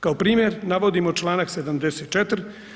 Kao primjer navodimo čl. 74.